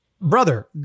brother